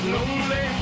Lonely